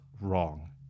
wrong